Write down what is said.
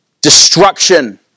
destruction